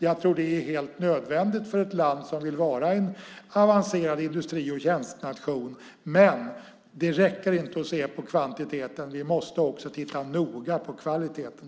Jag tror att det är helt nödvändigt för ett land som vill vara en avancerad industri och tjänstenation. Men det räcker inte att se på kvantiteten, utan vi måste också titta noga på kvaliteten.